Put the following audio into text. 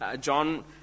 John